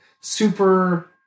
super